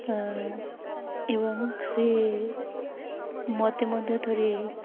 ଏବଂ ସେ ମୋତେ ମଧ୍ୟ ଥରେ